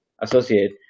associate